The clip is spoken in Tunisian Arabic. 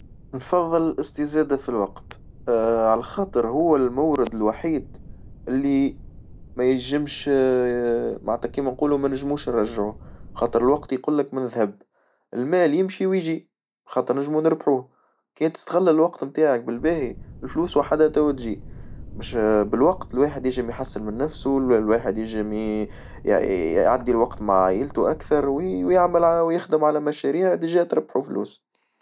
بنفظل الاستزادة في الوقت عالخاطر هو المورد الوحيد اللي مينجمش معنتها كيما نقولو مانجموش نرجعوه، خاطر الوقت يقولك من ذهب، المال يمشي ويجي خاطر نجمو نربحوه، يا تستغل الوقت نتاعك بالباهي، الفلوس وحدا تروح وتجي باش بالوقت الواحد يجم يحسن من نفسه الواحد يجم ي يعدي الوقت مع عيلته أكثر، ويعمل ويخدم على مشاريع تجى تربحه فلوس.